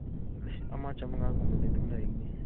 ꯎꯝ ꯑꯃ ꯆꯥꯝꯃꯉꯥ ꯒꯨꯝꯕꯗꯤ ꯑꯗꯨꯝ ꯂꯩꯒꯅꯤ